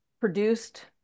produced